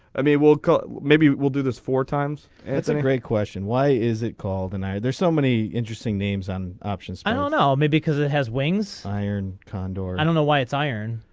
i mean we'll call. maybe we'll do this four times it's a great question why is it called in either so many. interesting names on options i don't know maybe because it has wings iron condor i don't know why it's iron.